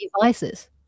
devices